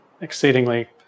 exceedingly